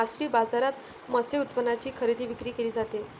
मासळी बाजारात मत्स्य उत्पादनांची खरेदी विक्री केली जाते